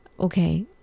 okay